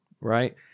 right